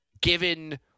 given